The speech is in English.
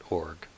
org